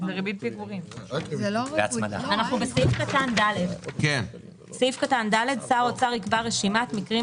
ריבית פיגורים ודמי פיגור לפי סעיף זה ייגבו באמצעות המרכז